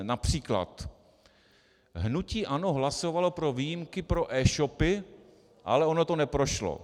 Například: hnutí ANO hlasovalo pro výjimky pro eshopy, ale ono to neprošlo.